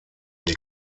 die